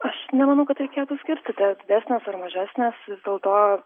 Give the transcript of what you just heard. aš nemanau kad reikėtų skirstyti ar didesnės ar mažesnės vis dėlto